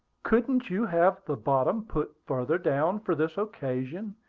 couldn't you have the bottom put farther down for this occasion?